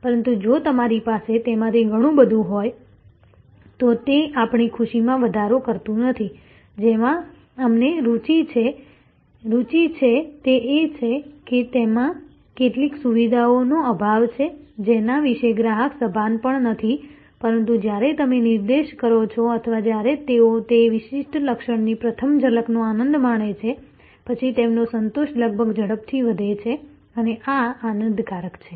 પરંતુ જો તમારી પાસે તેમાંથી ઘણું બધું હોય તો તે આપણી ખુશીમાં વધારો કરતું નથી જેમાં અમને રુચિ છે તે એ છે કે તેમાં કેટલીક સુવિધાઓનો અભાવ છે જેના વિશે ગ્રાહક સભાન પણ નથી પરંતુ જ્યારે તમે નિર્દેશ કરો છો અથવા જ્યારે તેઓ તે વિશિષ્ટ લક્ષણની પ્રથમ ઝલકનો આનંદ માણે છે પછી તેમનો સંતોષ લગભગ ઝડપથી વધે છે અને આ આનંદકારક છે